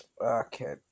Okay